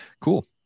Cool